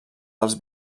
dels